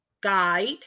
guide